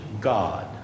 God